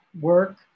work